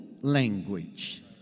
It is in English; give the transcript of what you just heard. language